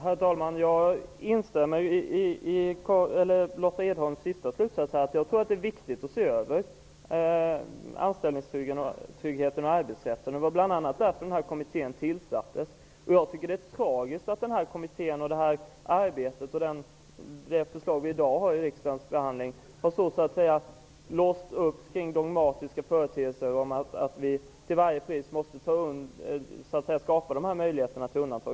Herr talman! Jag instämmer i Lotta Edholms slutsats. Det är viktigt att se över anställningstryggheten och arbetsrätten. Det var bl.a. därför som Arbetsrättskommittén tillsattes. Jag tycker att det är tragiskt att kommitténs arbete och det förslag som riksdagen i dag behandlar har så att säga låsts fast vid dogmatiska företeelser, att man till varje pris måste skapa möjligheter till undantag.